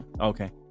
Okay